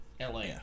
LA